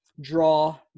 draw